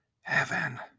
Heaven